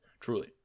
truly